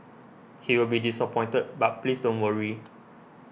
he will be disappointed but please don't worry